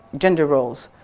gender roles.